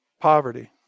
poverty